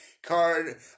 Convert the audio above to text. card